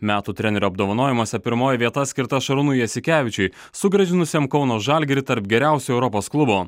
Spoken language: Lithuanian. metų trenerio apdovanojimuose pirmoji vieta skirta šarūnui jasikevičiui sugrąžinusiam kauno žalgirį tarp geriausių europos klubų